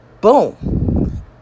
boom